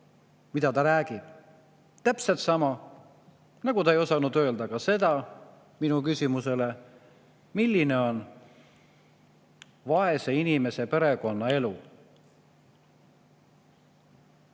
ta räägib. Täpselt samamoodi, nagu ta ei osanud [vastata] ka minu küsimusele, milline on vaese inimese perekonnaelu.